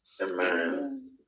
Amen